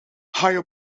higher